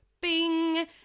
bing